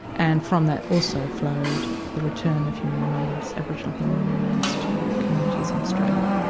and from that also flowed the return of human remains, aboriginal human remains to communities in australia.